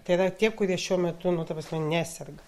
tai yra tie kurie šiuo metu nu ta prasme neserga